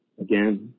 again